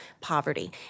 poverty